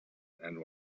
and